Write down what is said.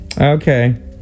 Okay